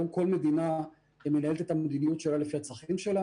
היום כל מדינה מנהלת את המדיניות שלה לפי הצרכים שלה